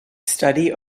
study